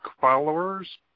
followers